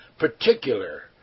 particular